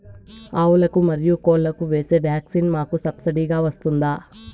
ఆవులకు, మరియు కోళ్లకు వేసే వ్యాక్సిన్ మాకు సబ్సిడి గా వస్తుందా?